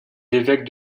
l’évêque